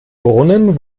brunnen